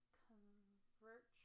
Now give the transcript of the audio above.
convert